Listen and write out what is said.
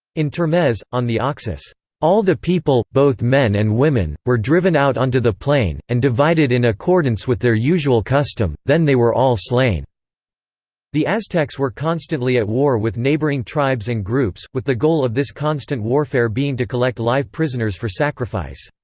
in termez, on the oxus all the people, both men and women, were driven out onto the plain, and divided in accordance with their usual custom, then they were all slain the aztecs were constantly at war with neighbouring tribes and groups, with the goal of this constant warfare being to collect live prisoners for sacrifice.